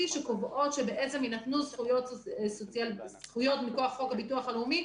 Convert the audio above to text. שקובעות שיינתנו זכויות מכוח חוק הביטוח הלאומי